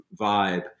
vibe